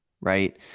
Right